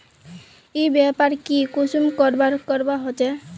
ई व्यापार की कुंसम करवार करवा होचे?